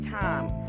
time